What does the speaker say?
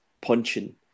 punching